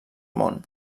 món